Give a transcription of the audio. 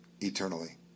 eternally